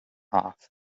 off